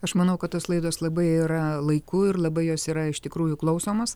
aš manau kad tos laidos labai yra laiku ir labai jos yra iš tikrųjų klausomos